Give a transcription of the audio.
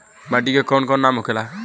माटी के कौन कौन नाम होखेला?